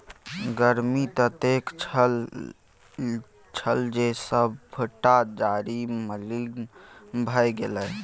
गर्मी ततेक छल जे सभटा डारि मलिन भए गेलै